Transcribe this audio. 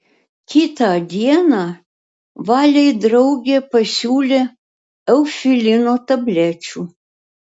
kitą dieną valei draugė pasiūlė eufilino tablečių